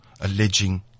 Alleging